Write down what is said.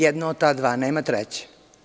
Jedno od ta dva, nema treće.